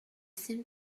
seem